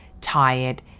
tired